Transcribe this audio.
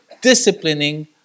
disciplining